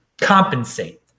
compensate